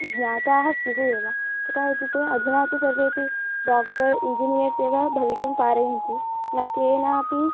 ज्ञाताः स्युः एव कुतः इति चे अधुना तु सर्वेऽपि डाक्टर् इञ्जिनीयर्स् एव भवितुम् पारयन्ति न केनापि